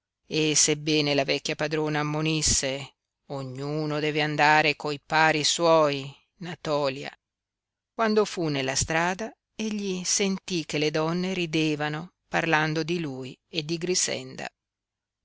e sebbene la vecchia padrona ammonisse ognuno deve andare coi pari suoi natòlia quando fu nella strada egli sentí che le donne ridevano parlando di lui e di grixenda